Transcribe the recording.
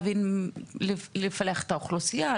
לפלח את האוכלוסייה,